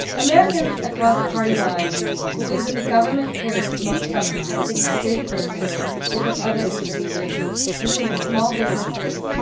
americans across party lines believe that the government cares most about protecting big business over other interest groups including small businesses,